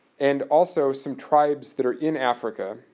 and also, some tribes that are in africa,